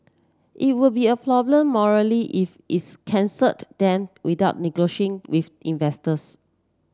it would be a problem morally if it's cancelled them without negotiating with investors